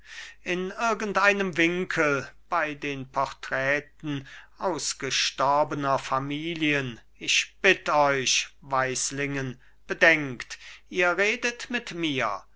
in irgendeinem winkel bei den porträten ausgestorbener familien ich bitt euch weislingen bedenkt ihr redet mit mir